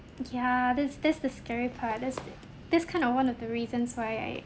ya that's that's the scary part that's the that's kind of one of the reasons why I